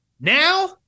Now